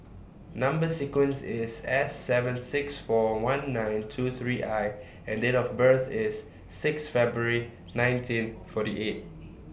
Number sequence IS S seven six four one nine two three I and Date of birth IS six February nineteen forty eight